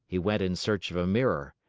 he went in search of a mirror,